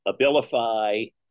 Abilify